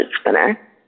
spinner